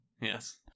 Yes